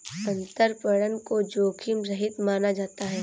अंतरपणन को जोखिम रहित माना जाता है